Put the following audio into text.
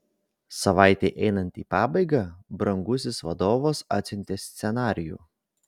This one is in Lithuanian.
savaitei einant į pabaigą brangusis vadovas atsiuntė scenarijų